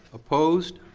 opposed?